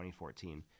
2014